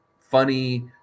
funny